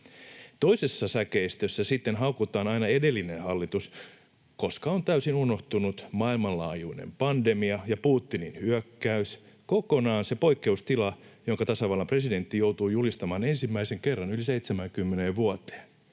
Toisessa säkeistössä sitten haukutaan aina edellinen hallitus, koska on täysin unohtunut maailmanlaajuinen pandemia ja Putinin hyökkäys, kokonaan se poikkeustila, jonka tasavallan presidentti joutui julistamaan ensimmäisen kerran yli 70 vuoteen.